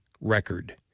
record